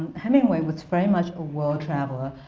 hemingway was very much a world traveler.